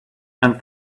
and